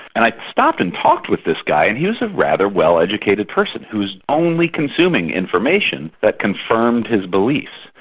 and i stopped and talked with this guy and he was a rather well educated person who was only consuming information that confirmed his beliefs.